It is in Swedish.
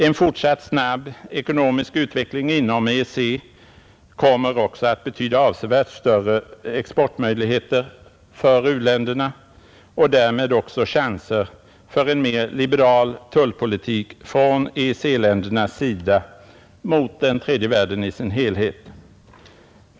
En fortsatt snabb ekonomisk utveckling inom EEC kommer också att betyda avsevärt större exportmöjligheter för u-länderna och därmed också chanser för en mera liberal tullpolitik från EEC-ländernas sida mot den tredje världen i sin helhet.